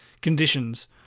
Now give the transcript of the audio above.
conditions